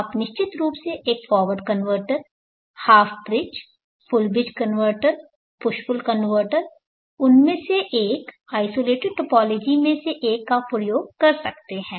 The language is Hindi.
आप निश्चित रूप से एक forward converter half bridge half bridge full bridge converter push pull converter उनमें से एक आइसोलेटेड टोपोलॉजी में से एक का उपयोग कर सकते हैं